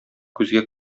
күзгә